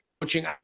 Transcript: coaching